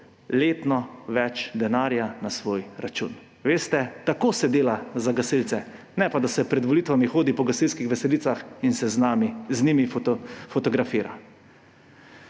letno več denarja na svoj račun. Veste, tako se dela za gasilce, ne pa, da se pred volitvami hodi po gasilskih veselicah in se z njimi fotografira.